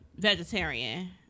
vegetarian